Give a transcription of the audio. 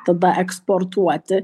tada eksportuoti